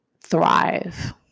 thrive